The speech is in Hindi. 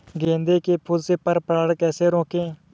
गेंदे के फूल से पर परागण कैसे रोकें?